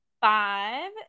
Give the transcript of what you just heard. five